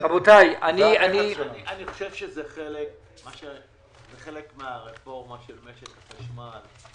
אני חושב שזה חלק מהרפורמה של משק החשמל.